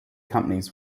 companies